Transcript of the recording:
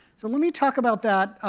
so let me talk about that